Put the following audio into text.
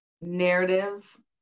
narrative